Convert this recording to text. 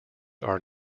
are